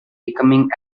becoming